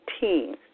team